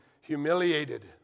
humiliated